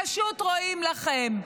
פשוט, רואים לכם.